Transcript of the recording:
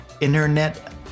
Internet